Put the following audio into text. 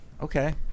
Okay